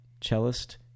cellist